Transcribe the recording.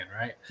Right